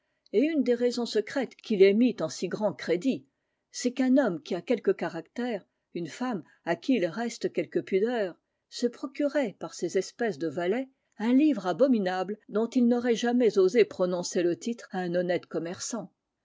et une des raisons secrètes qui les mit en si grand crédit c'est qu'un homme qui a quelque caractère une femme à qui il reste quelque pudeur se procuraient par ces espèces de valets un livre abominable dont ils n'auraient jamais osé prononcer le titre à un honnête commerçant